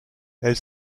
elle